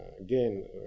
again